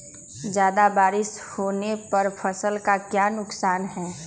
ज्यादा बारिस होने पर फसल का क्या नुकसान है?